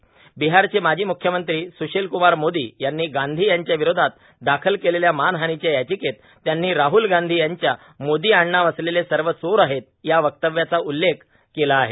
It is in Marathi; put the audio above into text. र्विहारचे माजी मुख्यमंत्री सुशील कुमार मोदों यांनी गांधी यांच्या ावरोधात दाखल केलेल्या मानहानीच्या याांचकेत त्यांनी राहल गांधी यांच्या मोदां आडनाव असलेले सव चोर आहेत या वक्तव्याचा उल्लेख केला आहे